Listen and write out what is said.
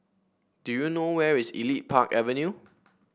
do you know where is Elite Park Avenue